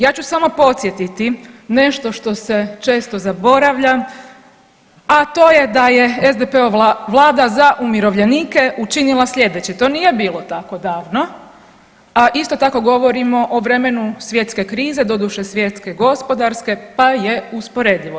Ja ću samo podsjetiti nešto što se često zaboravlja, a to je da je SDP-ova vlada za umirovljenike učinila slijedeće, to nije bilo tako davno, a isto tako govorimo o vremenu svjetske krize, doduše svjetske gospodarske, pa je usporedivo.